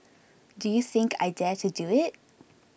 do you think I dare to do it